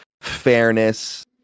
fairness